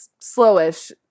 slowish